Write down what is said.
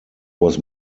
was